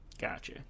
Gotcha